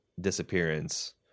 disappearance